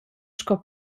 sco